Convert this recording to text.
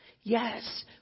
yes